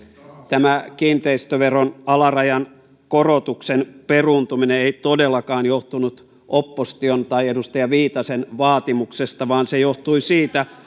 tämä kiinteistöveron alarajan korotuksen peruuntuminen ei todellakaan johtunut opposition tai edustaja viitasen vaatimuksesta vaan se johtui siitä